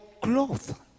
cloth